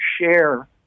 share